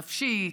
נפשית,